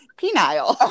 penile